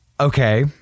Okay